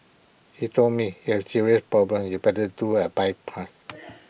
he told me he has serious problems you better do A bypass